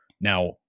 Now